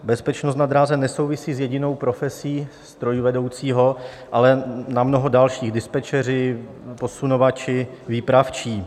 Bezpečnost na dráze nesouvisí s jedinou profesí strojvedoucího, ale na mnoho dalších dispečeři, posunovači, výpravčí.